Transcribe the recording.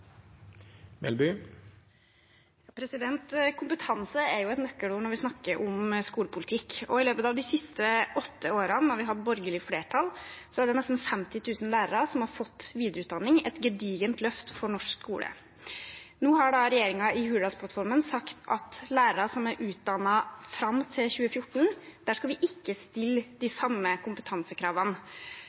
et nøkkelord når vi snakker om skolepolitikk. I løpet av de siste åtte årene, da vi hadde borgerlig flertall, er det nesten 50 000 lærere som har fått videreutdanning – et gedigent løft for norsk skole. Nå har regjeringen i Hurdalsplattformen sagt at for lærere som er utdannet fram til 2014, skal vi ikke stille de samme kompetansekravene.